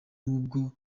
ubwo